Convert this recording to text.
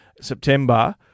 September